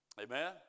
Amen